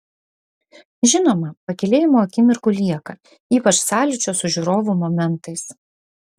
žinoma pakylėjimo akimirkų lieka ypač sąlyčio su žiūrovu momentais